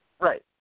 Right